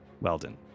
Weldon